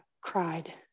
cried